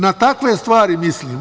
Na takve stvari mislim.